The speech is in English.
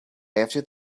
after